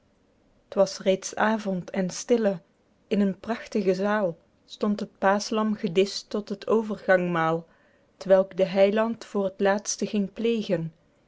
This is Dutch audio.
t was reeds avond en stille in een prachtige zael stond het paeschlam gedischt tot het overgangmael t welk de heiland voor t laetste ging plegen